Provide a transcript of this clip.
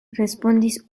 respondis